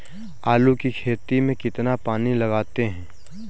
आलू की खेती में कितना पानी लगाते हैं?